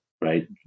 right